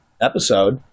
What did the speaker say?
episode